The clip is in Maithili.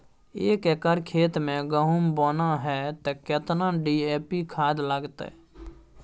एक एकर खेत मे गहुम बोना है त केतना डी.ए.पी खाद लगतै?